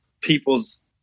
people's